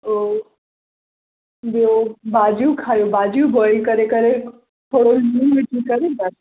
ॿियो ॿियो भाॼियूं खाओ भाॼियूं बॉइल करे करे थोरो लूणु विझी करे बस